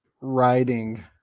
writing